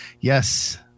Yes